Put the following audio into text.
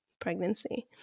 pregnancy